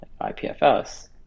ipfs